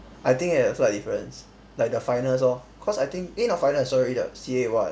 I think there's a slight difference like the finals lor cause I think eh not finals sorry the C_A one